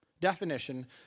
definition